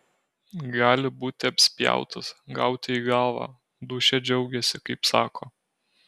gali būti apspjautas gauti į galvą dūšia džiaugiasi kaip sako